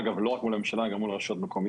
אגב, לא רק מול הממשלה, גם מול רשויות מקומיות.